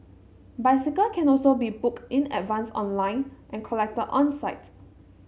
bicycle can also be booked in advance online and collected on site